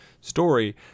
story